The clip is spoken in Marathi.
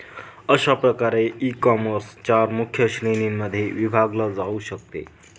अशा प्रकारे ईकॉमर्स चार मुख्य श्रेणींमध्ये विभागले जाऊ शकते